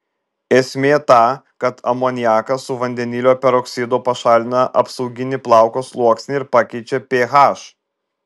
esmė ta kad amoniakas su vandenilio peroksidu pašalina apsauginį plauko sluoksnį ir pakeičia ph